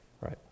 right